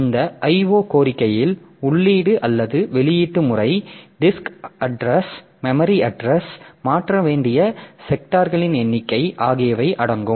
இந்த IO கோரிக்கையில் உள்ளீடு அல்லது வெளியீட்டு முறை டிஸ்க் அட்றஸ் மெமரி அட்றஸ் மாற்ற வேண்டிய செக்டார்களின் எண்ணிக்கை ஆகியவை அடங்கும்